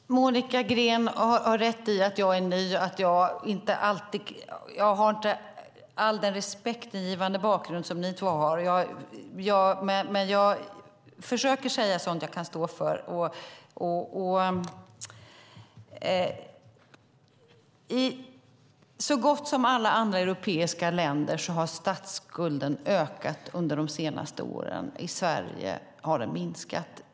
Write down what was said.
Fru talman! Monica Green har rätt i att jag är ny och inte har all den respektingivande bakgrund som hon och Gunilla Svantorp har. Men jag försöker säga sådant jag kan stå för. I så gott som alla andra europeiska länder har statsskulden ökat under de senaste åren. I Sverige har den minskat.